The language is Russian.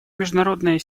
международная